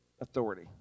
authority